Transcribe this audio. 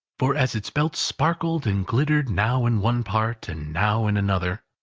for as its belt sparkled and glittered now in one part and now in another,